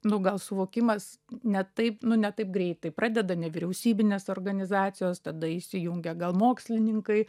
nu gal suvokimas ne taip nu ne taip greitai pradeda nevyriausybinės organizacijos tada įsijungia gal mokslininkai